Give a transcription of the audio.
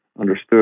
understood